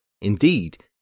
Indeed